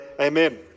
Amen